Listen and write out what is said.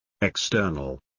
external